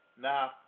Now